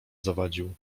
zawadził